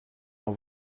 dans